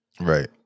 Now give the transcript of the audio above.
Right